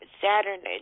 Saturn